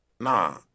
Nah